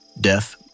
death